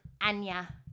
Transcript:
anya